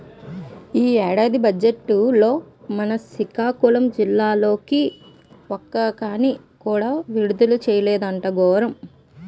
ఈ ఏడాది బజ్జెట్లో మన సికాకులం జిల్లాకి ఒక్క కానీ కూడా విదిలించలేదు ఎంత గోరము